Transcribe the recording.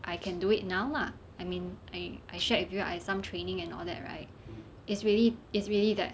I can do it now lah I mean I I shared with you I had some training and all that right it's really it's really that